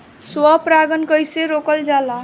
स्व परागण कइसे रोकल जाला?